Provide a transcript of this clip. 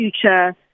future